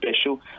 special